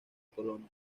polonia